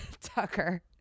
Tucker